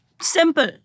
simple